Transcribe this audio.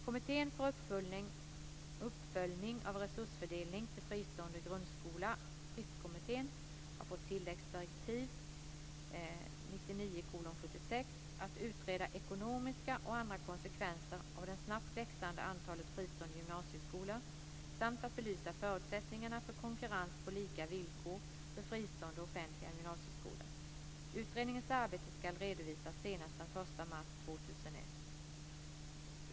Kommittén för uppföljning av resursfördelning till fristående grundskolor, Fristkommittén, har fått tilläggsdirektiv att utreda ekonomiska och andra konsekvenser av det snabbt växande antalet fristående gymnasieskolor samt att belysa förutsättningarna för konkurrens på lika villkor för fristående och offentliga gymnasieskolor. Utredningens arbete ska redovisas senast den 1 mars 2001.